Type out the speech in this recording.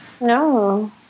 No